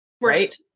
right